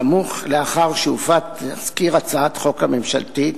בסמוך לאחר שהופץ תזכיר הצעת החוק הממשלתית